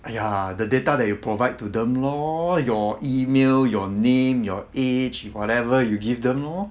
!aiya! the data that you provide to them lor your email your name your age whatever you give them lor